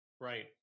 Right